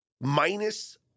minus